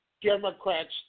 Democrats